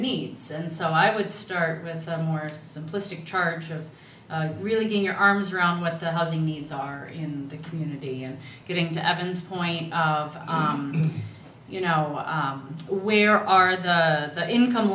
needs and so i would start with a more simplistic charge of really getting your arms around what the housing needs are in the community and get into evidence point of you know where are the income